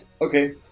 Okay